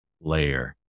layer